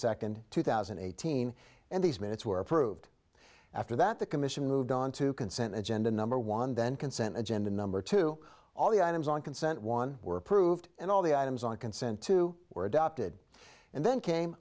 second two thousand and eighteen and these minutes were approved after that the commission moved onto consent agenda number one then consent agenda number two all the items on consent one were approved and all the items on consent to were adopted and then came